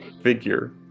figure